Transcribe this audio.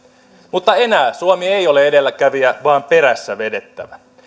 mutta enää suomi ei ole edelläkävijä vaan perässä vedettävä